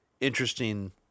interesting